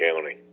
County